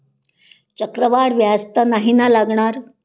चक्रवाढ व्याज तर नाही ना लागणार?